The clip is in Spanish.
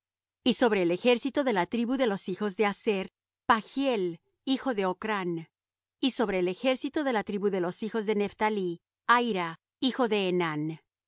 y sobre el ejército de la tribu de los hijos de aser pagiel hijo de ocrán y sobre el ejército de la tribu de los hijos de nephtalí ahira hijo de enán